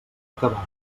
acabat